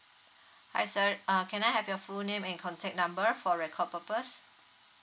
hi sir uh can I have your full name and contact number for record purpose